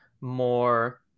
more